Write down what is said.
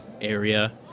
area